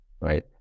right